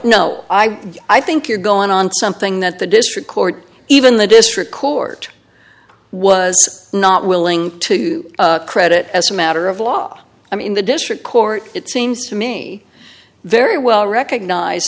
know i i think you're going on something that the district court even the district court was not willing to credit as a matter of law i mean the district court it seems to me very well recognize